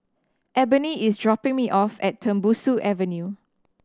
Ebony is dropping me off at Tembusu Avenue